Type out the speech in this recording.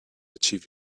achieve